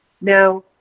now